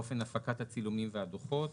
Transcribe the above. ואופן הפקת הצילומים והדוחות,